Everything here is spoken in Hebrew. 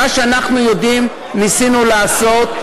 מה שאנחנו יודעים ניסינו לעשות,